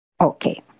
Okay